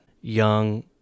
young